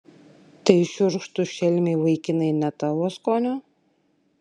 tai šiurkštūs šelmiai vaikinai ne tavo skonio